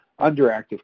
underactive